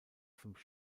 fünf